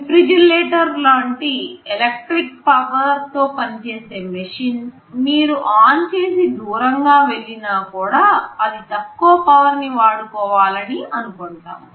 refrigerator లాంటి electric power తో పనిచేసే మెషిన్ మీరు ఆన్ చేసి దూరంగా వెళ్ళినా కూడా ఇది తక్కువ పవర్ ని వాడుకోవాలని అనుకొంటాము